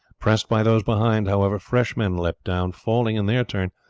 pressed by those behind, however, fresh men leapt down, falling in their turn,